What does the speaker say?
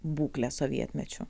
būklę sovietmečiu